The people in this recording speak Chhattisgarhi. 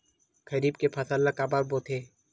खरीफ के फसल ला काबर बोथे?